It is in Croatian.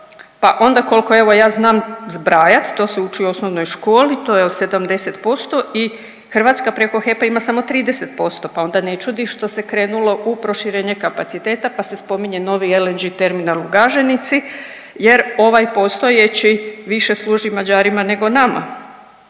pa onda koliko evo ja znam zbrajat, to se uči u osnovnoj školi, to je 70% i Hrvatske preko HEP-a ima samo 30% pa onda ne čudi što se krenulo u proširenje kapaciteta pa se spominje novi LNG terminal u Gaženici jer ovaj postojeći više služi Mađarima nego nama.